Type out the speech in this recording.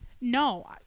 No